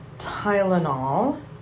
Tylenol